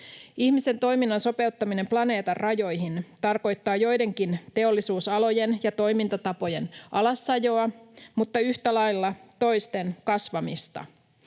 Ihmisen toiminnan sopeuttaminen planeetan rajoihin tarkoittaa joidenkin teollisuusalojen ja toimintatapojen alasajoa mutta yhtä lailla toisten kasvamista.